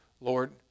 Lord